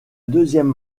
deuxième